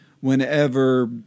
whenever